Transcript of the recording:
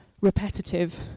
repetitive